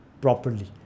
properly